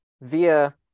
via